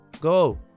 Go